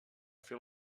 fer